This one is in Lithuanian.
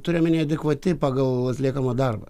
turiu omeny adekvati pagal atliekamą darbą